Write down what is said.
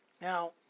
Now